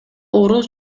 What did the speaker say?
орус